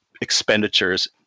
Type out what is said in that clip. expenditures